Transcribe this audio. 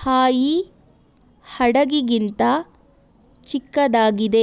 ಹಾಯಿಹಡಗಿಗಿಂತ ಚಿಕ್ಕದಾಗಿದೆ